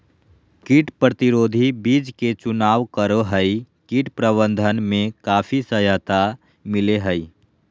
कीट प्रतिरोधी बीज के चुनाव करो हइ, कीट प्रबंधन में काफी सहायता मिलैय हइ